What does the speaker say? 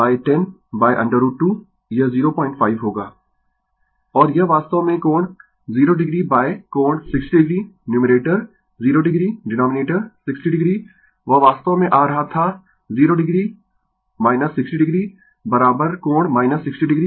Refer Slide Time 0259 और यह वास्तव में कोण 0 o कोण 60 o numerator 0 o denominator 60 o वह वास्तव में आ रहा था 0 o 60 o कोण 60 o